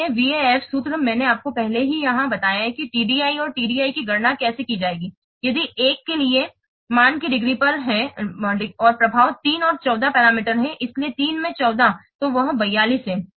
इसलिए VAF सूत्र मैंने आपको पहले ही यहां बताया है कि TDI और TDI की गणना कैसे की जाएगी यदि 1 के लिए मान की डिग्री पर है प्रभाव 3 और 14 पैरामीटर है इसलिए 3 में 14 तो वह 42 है